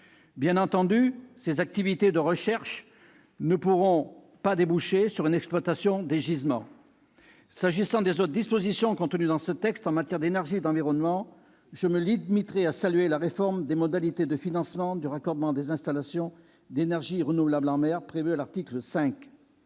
Bien entendu, ces activités de recherche ne pourront pas déboucher sur une exploitation des gisements. S'agissant des autres dispositions contenues dans le texte en matière d'énergie et d'environnement, je me limiterai à saluer la réforme des modalités de financement du raccordement des installations d'énergies renouvelables en mer prévue à l'article 5